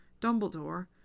Dumbledore